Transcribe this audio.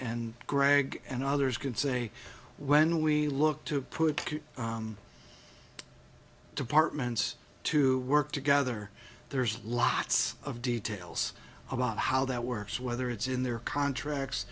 and greg and others can say when we look to put departments to work together there's lots of details about how that works whether it's in their contracts